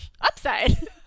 Upside